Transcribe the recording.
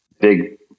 big